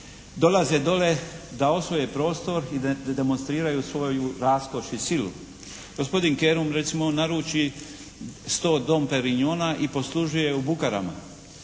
dolaze dole da osvoje prostor i da demonstriraju svoju raskoš i silu. Gospodin Kerum recimo on naruči 100 Don perinjona i poslužuje u bukarama.